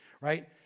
right